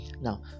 Now